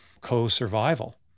co-survival